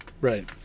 Right